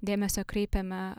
dėmesio kreipiame